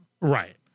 right